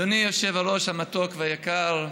אדוני היושב-ראש המתוק והיקר,